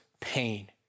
pain